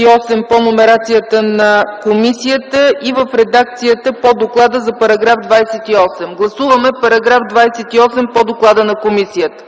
28 по номерацията на комисията и в редакцията по доклада за § 28. Гласуваме § 29 по доклада на комисията.